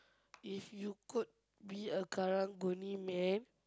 if you could be a karung-guni man